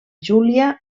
júlia